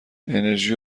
انِرژی